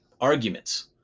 arguments